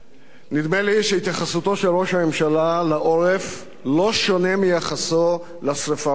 נדמה לי שהתייחסותו של ראש הממשלה לעורף לא שונה מיחסו לשרפה בכרמל.